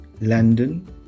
London